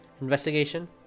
investigation